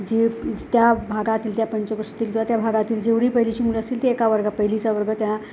जे त्या भागातील त्या पंचक्रोशीतील किंवा त्या भागातील जेवढी पहिलीची मुलं असतील ते एका वर्गा पहिलीचा वर्ग त्या